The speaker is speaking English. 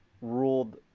ruled